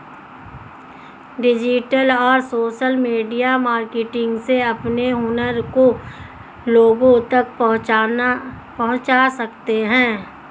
digital और social media marketing से अपने हुनर को लोगो तक पहुंचा सकते है